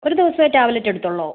ഒരു ദിവസമേ ടാബ്ലെറ്റ് എടുത്തുള്ളോ